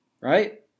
Right